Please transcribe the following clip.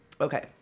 okay